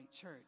church